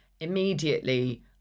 immediately